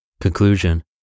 Conclusion